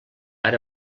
ara